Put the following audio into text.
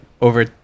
over